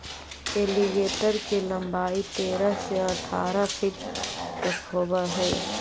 alligator के लंबाई तेरह से अठारह फीट तक होवऽ हइ